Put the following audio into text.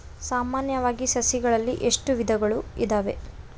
ಸಾಮಾನ್ಯವಾಗಿ ಸಸಿಗಳಲ್ಲಿ ಎಷ್ಟು ವಿಧಗಳು ಇದಾವೆ?